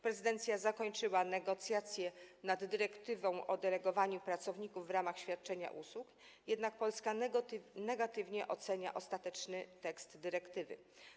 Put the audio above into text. Prezydencja zakończyła negocjacje nad dyrektywą o delegowaniu pracowników w ramach świadczenia usług, jednak Polska negatywnie ocenia ostateczny tekst dyrektywy.